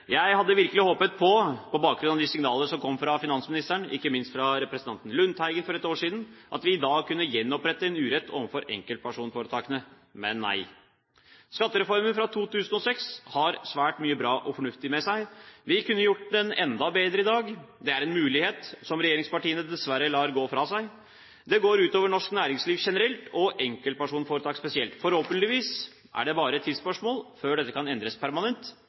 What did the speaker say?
Jeg hadde virkelig håpet, på bakgrunn av de signaler som kom fra finansministeren, og ikke minst fra representanten Lundteigen for ett år siden, at vi i dag kunne gjenopprette en urett overfor enkeltpersonforetakene, men nei. Skattereformen fra 2006 har svært mye bra og fornuftig ved seg. Vi kunne gjort den enda bedre i dag. Det er en mulighet som regjeringspartiene dessverre lar gå fra seg. Det går ut over norsk næringsliv generelt, og enkeltpersonforetakene spesielt. Forhåpentligvis er det bare et tidsspørsmål før dette kan endres permanent.